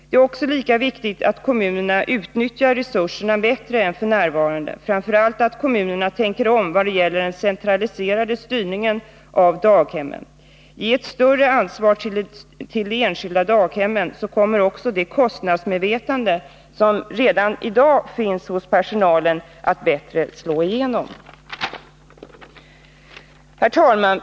Det är lika viktigt att kommunerna utnyttjar resurserna bättre än f. n. och framför allt att kommunerna tänker om vad gäller den centraliserade styrningen av daghemmen. Ge ett större ansvar till de enskilda daghemmen, så kommer också det kostnadsmedvetande som redan i dag finns hos personalen att bättre slå igenom! Herr talman!